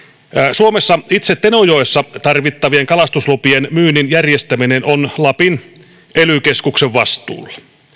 suomessa itse tenojoessa tarvittavien kalastuslupien myynnin järjestäminen on lapin ely keskuksen vastuulla